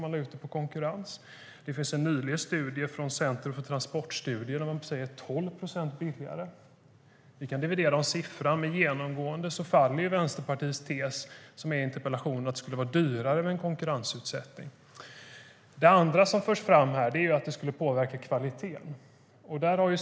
Enligt en färsk studie från Centrum för transportstudier har det blivit 12 procent billigare. Det andra som förs fram är att det skulle påverka kvaliteten.